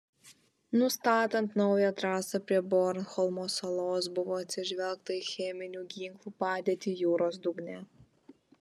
nustatant naują trasą prie bornholmo salos buvo atsižvelgta į cheminių ginklų padėtį jūros dugne